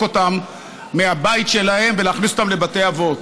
אותם מהבית שלהם ולהכניס אותם לבתי אבות.